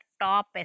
top